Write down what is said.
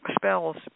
spells